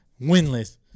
Winless